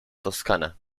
toscana